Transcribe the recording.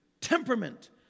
temperament